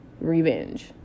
revenge